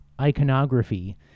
iconography